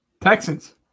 Texans